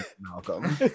Malcolm